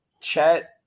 Chet